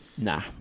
Nah